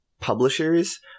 publishers